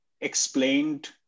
explained